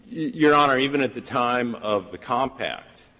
your honor, even at the time of the compact,